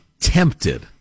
tempted